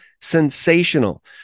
sensational